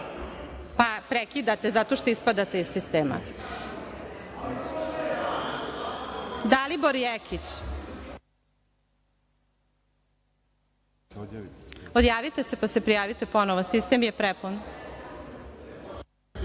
Poslovnik.)Prekidate zato što ispadate iz sistema. Reč ima Dalibor Jekić. Odjavite se pa se prijavite ponovo. Sistem je prepun.